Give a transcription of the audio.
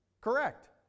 Correct